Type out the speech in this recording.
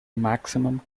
maximum